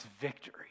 victory